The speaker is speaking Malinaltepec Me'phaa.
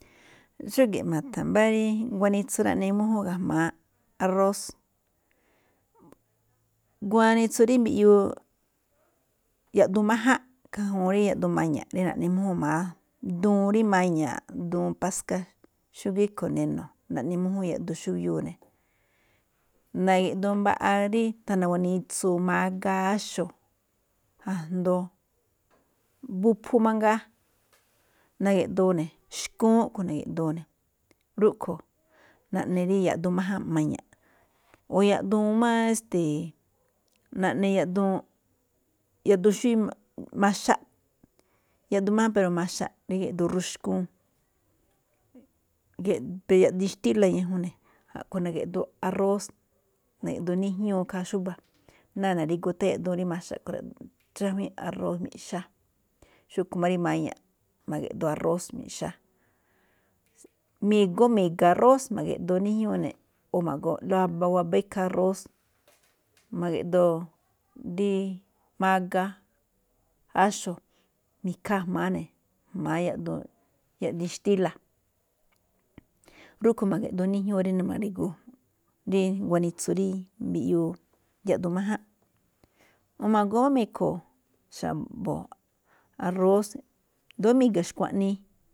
Xúge̱ꞌ ma̱tha̱n mbá rí guanitsu rí naꞌne mújúun ga̱jma̱á arrós, guanitsu rí mbiꞌyuu yaꞌduun máján, ikhaa ñajuun yaꞌduun maña̱ꞌ rí naꞌne mújúun jma̱á, duun rí maña̱ꞌ, duun paska, xúgíí rúꞌkhue̱n neno̱, naꞌne mújúun yaꞌduun xúbiúu ne̱. Na̱ge̱ꞌdoo mba̱ꞌa rí guanitsuu mágá áxo̱, jma̱á duun, buphu mangaa, na̱ge̱ꞌdoo ne̱ xkuun a̱ꞌkhue̱n na̱ge̱ꞌdoo ne̱. Rúꞌkhue̱n naꞌne rí yaꞌduun rí máján maña̱ꞌ o yaꞌduun máꞌ esteeꞌ naꞌne yaꞌduun, yaꞌduun xúwí maxa, yaꞌduun máján pero maxa, rí na̱ge̱ꞌdoo ruxkuun. yaꞌdiin xtila̱ ñajuun ne̱, a̱ꞌkhue̱n na̱ge̱ꞌdoo arrós, na̱ge̱ꞌdoo nijñúu ikhaa xúba̱, ná na̱ri̱gu tháan yaꞌduun maxa a̱ꞌkhue̱n rá, chajuíin arrós miꞌxá xúꞌkhue̱n máꞌ rí maña̱ꞌ, ma̱ge̱ꞌdoo arrós miꞌxá. Migoo mi̱ga̱ arrós ma̱ge̱ꞌdoo níjñúu ne̱, ma̱goo waba, waba gíkhaa arrós, ma̱ge̱ꞌdoo rí mágá, áxo̱, mi̱khaa jma̱á ne̱, jma̱á yaꞌduun, yaꞌdiin xtíla̱. Rúꞌkhue̱n ma̱ge̱ꞌdoo nijñúu rí inu ma̱ri̱gu, rí guanitsu rí mbiꞌyuu yaꞌduun máján, ma̱goo máꞌ mi̱kho̱ xa̱bo̱ arrós i̱ndo̱ó mi̱ga̱ xkuaꞌnii.